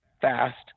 fast